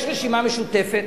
יש רשימה משותפת,